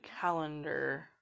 calendar